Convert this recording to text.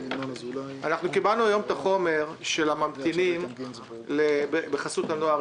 אנחנו קיבלנו היום את החומר של הממתינים בחסות הנוער